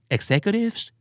Executives